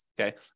okay